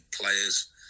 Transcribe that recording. players